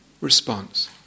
response